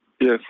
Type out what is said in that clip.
Yes